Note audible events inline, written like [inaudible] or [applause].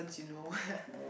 ~s you know [noise]